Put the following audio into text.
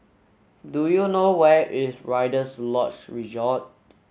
do you know where is Rider's Lodge Resort